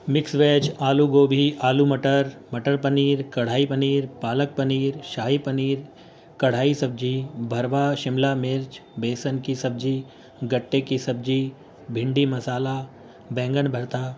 mix veg آلو گوبھی آلو مٹر مٹر پنیر کرھائی پنیر پالک پنیر شاہی پنیر کرھائی سبزی بھروا شملہ مرچ بیسن کی سبزی گٹے کی سبزی بھنڈی مسالہ بینگن بھرتا